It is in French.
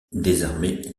désarmer